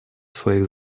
своих